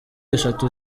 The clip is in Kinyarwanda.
eshatu